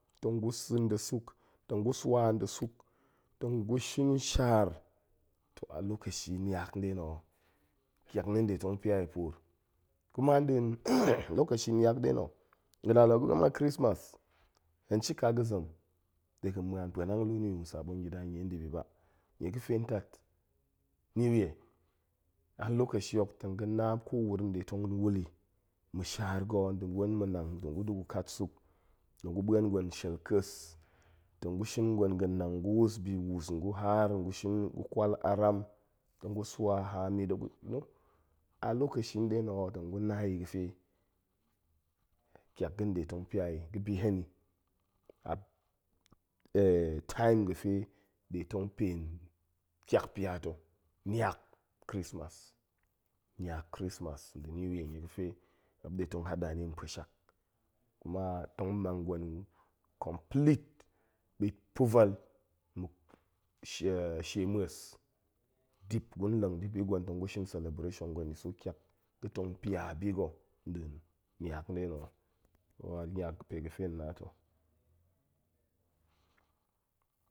Tong gu sa̱ nda̱ suk, tong gu swa nda̱ suk, tong gu shin shaar, toh a lokashi niak nɗe na̱ ho ƙiak na̱ nɗe tong pia i puur, kuma nɗin lokashi niak nɗe na̱, ga̱na la gu gama krismas, hen shika ga̱zem de ga̱ ma̱an pa̱nang luu niyu. sabon gida a de ndibi ba. nie ga̱fe tat new year, a lokashi hok tong ga̱na kowuro nɗe tong wul i, ma̱shaar go nda̱ gwen ma̱nang tong gu da̱ gu kat suk, tong gu ma̱en gwen shel ƙes, tongu, shin gwen ga̱nang, gu wus bi wus, ngu haar ngu sh. n gu kwal aram tong gu swa haam i tong gu a lokashi nɗe na̱ ho tong gu na i ga̱fe kiak ga̱n nɗe tong pia i, ga̱bi hen i a time ga̱fe ɗe tong pen ƙiak pia ta̱, niak krismas niak krismas nda̱ new year nie ga̱fe muop nde tong hada ni nposhak, kuma tong mang gwen complete ɓit pa̱vel muk shia shie ma̱es, dip gun leng ni bi gwen tong gu shin celebration gwen i so ƙiak ga̱ tong pia biga̱ nɗin niak nɗe na̱ ho, o a niak pe ga̱fe hen na to